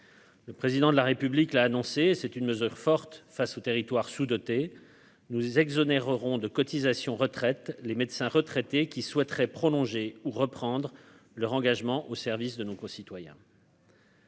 Le président de la République l'a annoncé, c'est une mesure forte face aux territoires sous-dotés, nous exonère auront de cotisations retraite les médecins retraités qui souhaiteraient prolonger ou reprendre leur engagement au service de nos concitoyens.